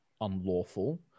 unlawful